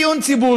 אין דיון ציבורי.